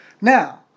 Now